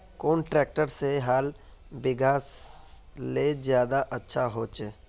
कुन ट्रैक्टर से हाल बिगहा ले ज्यादा अच्छा होचए?